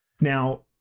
Now